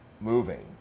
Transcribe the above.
moving